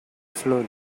slowly